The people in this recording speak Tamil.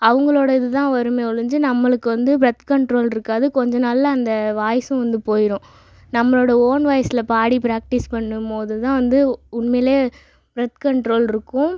அவங்களோட இதுதான் வருமே ஒழிஞ்சு நம்மளுக்கு வந்து பரத் கண்ட்ரோல் இருக்காது கொஞ்ச நாளில் அந்த வாய்ஸ்சும் வந்து போயிரும் நம்மளோட ஓன் வாய்ஸில் பாடி பிராக்டீஸ் பண்ணும்போது தான் வந்து உன்மேலே பரத் கண்ட்ரோல் இருக்கும்